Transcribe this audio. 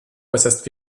äußerst